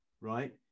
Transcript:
right